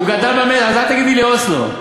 אוסלו.